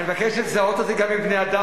אני מבקש לזהות את זה גם עם בני-אדם,